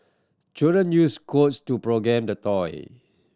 children used codes to the toy